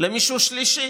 למישהו שלישי,